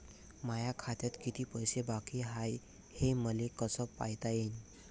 माया खात्यात किती पैसे बाकी हाय, हे मले कस पायता येईन?